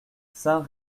saint